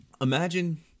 imagine